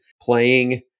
playing